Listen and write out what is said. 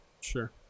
Sure